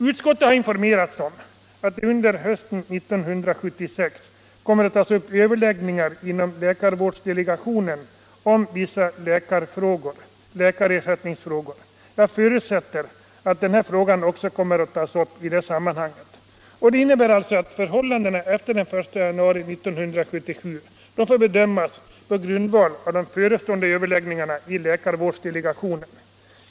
Utskottet har informerats om att det under hösten 1976 kommer att tas upp överläggningar inom läkarvårdsdelegationen om vissa läkarersättningsfrågor. Jag förutsätter att också denna fråga kommer att tas upp i det sammanhanget. Det innebär alltså att förhållandena efter den 1 januari 1977 får bedömas på grundval av de förestående överläggningarna i läkarvårdsdelegationen.